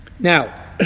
Now